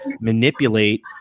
manipulate